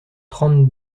trente